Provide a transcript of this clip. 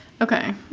Okay